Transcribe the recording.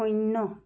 শূন্য